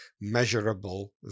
measurable